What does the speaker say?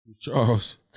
Charles